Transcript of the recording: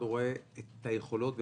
רואה את היכולות,